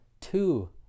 two